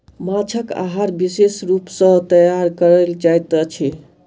माँछक आहार विशेष रूप सॅ तैयार कयल जाइत अछि